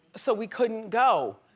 so we couldn't go.